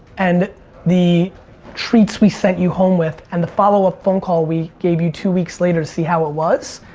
and the treats we sent you home with and the follow up phone call we gave you two weeks later to see how it was,